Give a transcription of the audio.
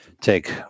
take